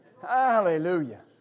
Hallelujah